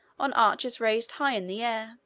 on arches raised high in the air